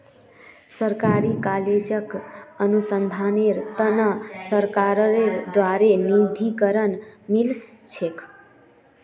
सरकारी कॉलेजक अनुसंधानेर त न सरकारेर द्बारे निधीकरण मिल छेक